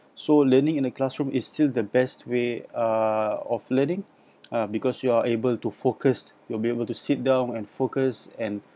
so learning in the classroom is still the best way uh of learning because you are able to focus to sit down and focus and